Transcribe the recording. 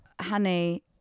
Honey